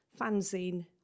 fanzine